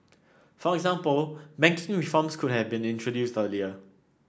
for example reforms could have been introduced earlier